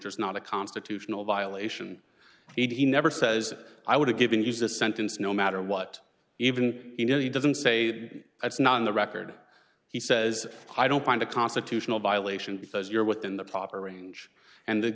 is not a constitutional violation he never says i would have given it is a sentence no matter what even you know he doesn't say it's not in the record he says i don't find a constitutional violation because you're within the proper range and th